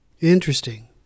Interesting